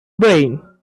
brain